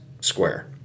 square